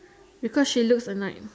because she looks alike